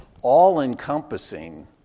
all-encompassing